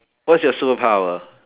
what's your superpower